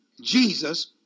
Jesus